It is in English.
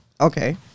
Okay